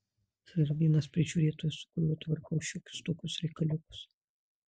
čia yra vienas prižiūrėtojas su kuriuo tvarkau šiokius tokius reikaliukus